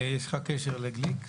יש לך קשר לגליק?